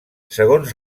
segons